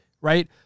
right